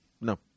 No